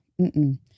Mm-mm